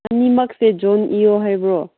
ꯑꯅꯤꯃꯛꯁꯦ joint ꯏꯌꯣ ꯍꯥꯏꯕ꯭ꯔꯣ